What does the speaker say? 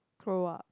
grow up